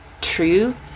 true